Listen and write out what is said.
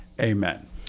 Amen